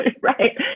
right